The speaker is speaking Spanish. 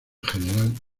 gral